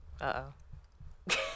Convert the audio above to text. Uh-oh